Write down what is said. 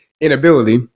inability